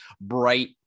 bright